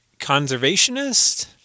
conservationist